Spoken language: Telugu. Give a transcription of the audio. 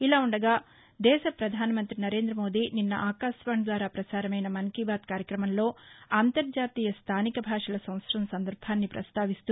ఇలా ఉండగా మన దేశ ప్రధాన మంతి నరేంద మోదీ నిన్న ఆకాశవాణి ద్వారా పసారమైన మన్ కీ బాత్ కార్యక్రమంలో అంతర్జాతీయ స్టానిక భాషల సంవత్సరం సందర్భాన్ని పస్తావిస్తూ